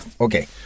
Okay